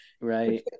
Right